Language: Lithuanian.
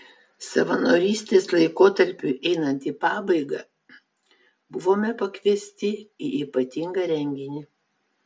savanorystės laikotarpiui einant į pabaigą buvome pakviesti į ypatingą renginį